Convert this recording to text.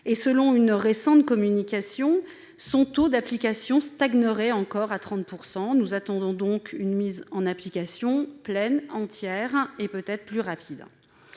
selon une récente communication, son taux d'application stagnerait encore à 30 %; nous en attendons une mise en application pleine, entière et plus rapide.